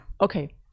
Okay